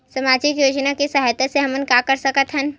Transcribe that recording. सामजिक योजना के सहायता से हमन का का कर सकत हन?